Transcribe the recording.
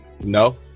No